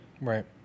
right